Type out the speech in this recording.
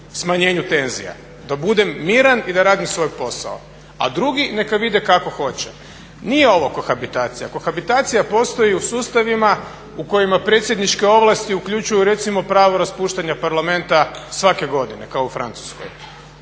smanjenju tenzija, da budem miran i da radim svoj posao, a drugi neka vide kako hoće. Nije ovo kohabitacija, kohabitacija postoji u sustavima u kojima predsjedničke ovlasti uključuju recimo pravo raspuštanja parlamenta svake godine kao u Francuskoj.